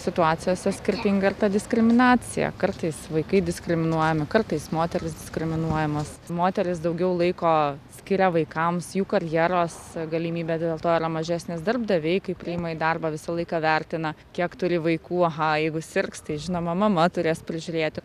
situacijose skirtinga ir ta diskriminacija kartais vaikai diskriminuojami kartais moterys diskriminuojamos moterys daugiau laiko skiria vaikams jų karjeros galimybės dėl to yra mažesnės darbdaviai kai priima į darbą visą laiką vertina kiek turi vaikų aha jeigu sirgs tai žinoma mama turės prižiūrėti